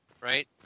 right